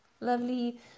Lovely